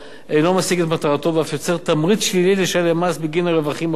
אינו משיג את מטרתו ואף יוצר תמריץ שלילי לשלם מס בגין הרווחים הפטורים.